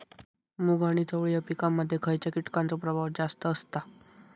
मूग आणि चवळी या पिकांमध्ये खैयच्या कीटकांचो प्रभाव जास्त असता?